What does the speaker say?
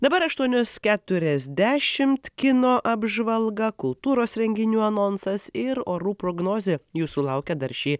dabar aštuonios keturiasdešimt kino apžvalga kultūros renginių anonsas ir orų prognozė jūsų laukia dar šį